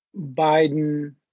Biden